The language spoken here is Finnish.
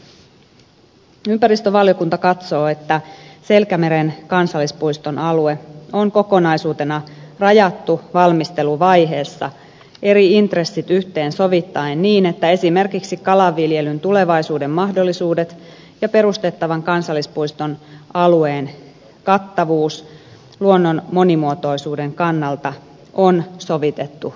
ympäristövaliokunta katsoo että selkämeren kansallispuiston alue on kokonaisuutena rajattu valmisteluvaiheessa eri intressit yhteen sovittaen niin että esimerkiksi kalanviljelyn tulevaisuuden mahdollisuudet ja perustettavan kansallispuiston alueen kattavuus luonnon monimuotoisuuden kannalta on sovitettu yhteen